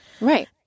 Right